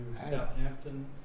Southampton